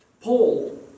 Paul